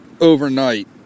overnight